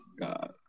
God